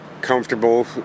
comfortable